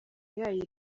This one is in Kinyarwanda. yayo